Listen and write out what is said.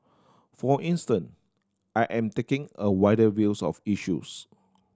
for instance I am taking a wider views of issues